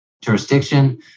jurisdiction